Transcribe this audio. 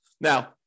Now